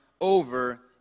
over